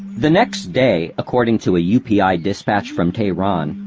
the next day, according to a yeah upi dispatch from teheran,